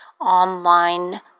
online